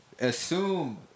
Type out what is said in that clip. assume